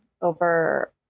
over